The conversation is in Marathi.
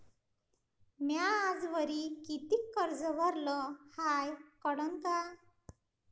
म्या आजवरी कितीक कर्ज भरलं हाय कळन का?